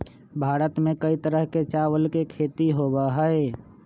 भारत में कई तरह के चावल के खेती होबा हई